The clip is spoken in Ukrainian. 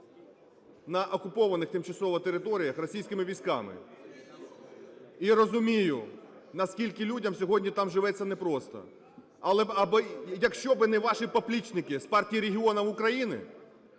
на окупованих тимчасово територіях російськими військами, і розумію, наскільки людям сьогодні там живеться непросто. Але якщо би не ваші поплічники з Партії регіонів України,